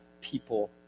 people